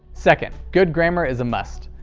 second, good grammar is a must,